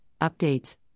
updates